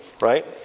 right